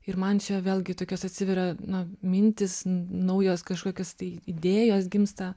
ir man čia vėlgi tokios atsiveria na mintys naujos kažkokios tai idėjos gimsta